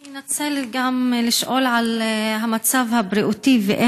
אני רוצה גם לשאול על המצב הבריאותי ועל